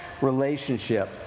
relationship